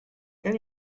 can